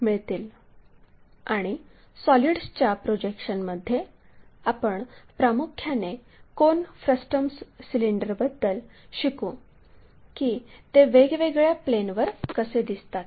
आणि सॉलिड्सच्या प्रोजेक्शनमध्ये आपण प्रामुख्याने कोन फ्रस्टम्स सिलेंडरबद्दल शिकू की ते वेगवेगळ्या प्लेनवर कसे दिसतात